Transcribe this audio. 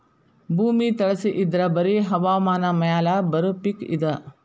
ಭೂಮಿ ತಳಸಿ ಇದ್ರ ಬರಿ ಹವಾಮಾನ ಮ್ಯಾಲ ಬರು ಪಿಕ್ ಇದ